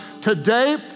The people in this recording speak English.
Today